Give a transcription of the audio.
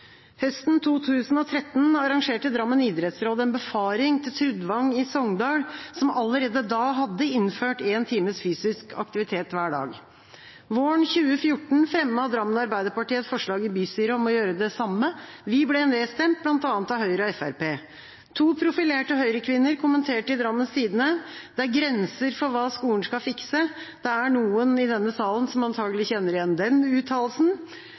Høsten 2013 arrangerte Drammen idrettsråd en befaring til Trudvang skule i Sogndal, som allerede da hadde innført en times fysisk aktivitet hver dag. Våren 2014 fremmet Drammen Arbeiderparti et forslag i bystyret om å gjøre det samme. Vi ble nedstemt bl.a. av Høyre og Fremskrittspartiet. To profilerte høyrekvinner kommenterte i Drammens Tidende: «… det er grenser for hva skolen skal fikse». Det er noen i denne salen som antakelig kjenner igjen den uttalelsen.